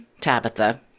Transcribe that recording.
Tabitha